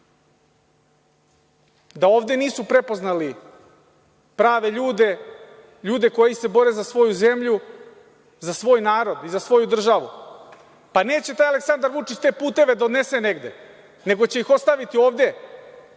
da ovde nisu prepoznali prave ljudi, ljude koji se bore za svoju zemlju, za svoj narod i za svoju državu. Neće taj Aleksandar Vučić te puteve da odnese negde, nego će ih ostaviti ovde